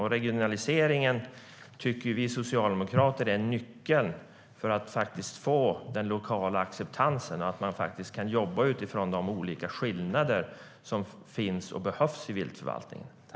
Vi socialdemokrater tycker att regionaliseringen är nyckeln för att få den lokala acceptansen så att man kan jobba utifrån de olika skillnader som finns och behövs i viltförvaltningen.